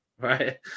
right